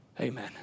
Amen